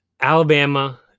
Alabama